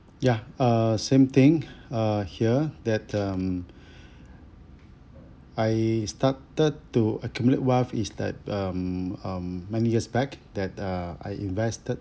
ya uh same thing uh here that um I started to accumulate wealth is that um um many years back that uh I invested